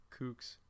kooks